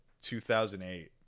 2008